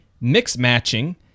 mix-matching